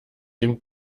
dem